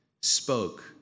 spoke